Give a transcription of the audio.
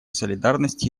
солидарности